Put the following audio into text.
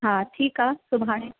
हा ठीकु आहे सुभाणे